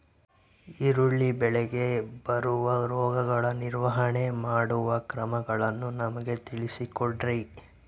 ಈರುಳ್ಳಿ ಬೆಳೆಗೆ ಬರುವ ರೋಗಗಳ ನಿರ್ವಹಣೆ ಮಾಡುವ ಕ್ರಮಗಳನ್ನು ನಮಗೆ ತಿಳಿಸಿ ಕೊಡ್ರಿ?